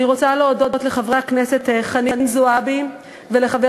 אני רוצה להודות לחברת הכנסת חנין זועבי ולחבר